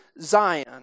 Zion